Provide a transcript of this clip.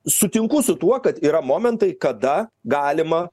sutinku su tuo kad yra momentai kada galima